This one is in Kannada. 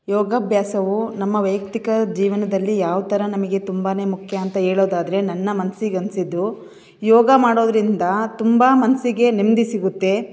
ಯೋಗಾಭ್ಯಾಸವೂ ನಮ್ಮ ವೈಯಕ್ತಿಕ ಜೀವನದಲ್ಲಿ ಯಾವ ಥರ ನಮಗೆ ತುಂಬನೇ ಮುಖ್ಯ ಅಂತ ಹೇಳೋದಾದರೆ ನನ್ನ ಮನ್ಸಿಗೆ ಅನ್ನಿಸಿದ್ದು ಯೋಗ ಮಾಡೋದರಿಂದ ತುಂಬ ಮನಸ್ಸಿಗೆ ನೆಮ್ಮದಿ ಸಿಗುತ್ತೆ